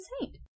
saint